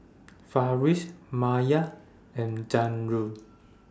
Farish Maya and Zamrud